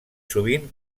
sovint